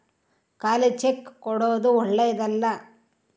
ಖಾಲಿ ಚೆಕ್ ಕೊಡೊದು ಓಳ್ಳೆದಲ್ಲ